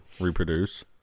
reproduce